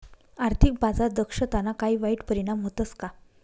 आर्थिक बाजार दक्षताना काही वाईट परिणाम व्हतस का